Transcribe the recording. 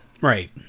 Right